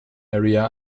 area